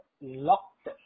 locked